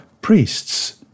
priests